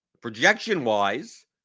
Projection-wise